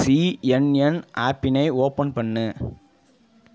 C N N ஆப்பினை open பண்ணு